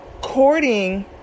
courting